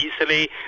easily